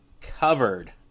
covered